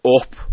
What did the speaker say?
up